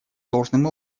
должным